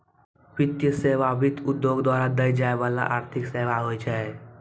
वित्तीय सेवा, वित्त उद्योग द्वारा दै जाय बाला आर्थिक सेबा होय छै